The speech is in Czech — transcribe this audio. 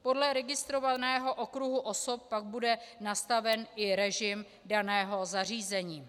Podle registrovaného okruhu osob pak bude nastaven i režim daného zařízení.